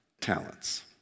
talents